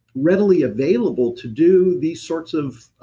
readily available to do these sorts of.